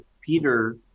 Peter